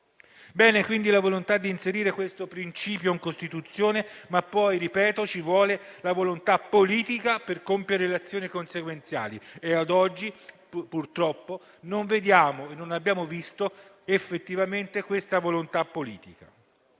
Bene quindi la volontà di inserire questo principio in Costituzione, ma poi - ripeto - ci vuole la volontà politica di compiere le azioni conseguenti e ad oggi, purtroppo, non vediamo e non abbiamo visto effettivamente questa volontà politica.